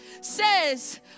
says